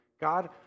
God